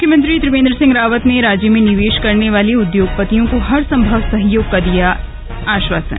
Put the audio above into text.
मुख्यमंत्री त्रिवेंद्र सिंह रावत ने राज्य में निवेश करने वाले उद्योगपतियों को हर संभव सहयोग का दिया भरोसा